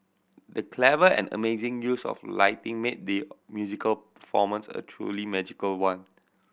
the clever and amazing use of lighting made the musical performance a truly magical one